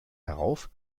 darauf